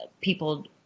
people